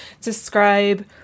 describe